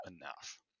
enough